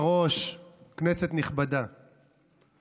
רשימת הדוברים